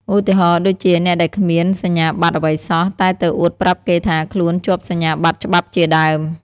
ឧទាហរណ៍ដូចជា អ្នកដែលគ្មានសញ្ញាបត្រអ្វីសោះ តែទៅអួតប្រាប់គេថាខ្លួនជាប់សញ្ញាបត្រច្បាប់ជាដើម។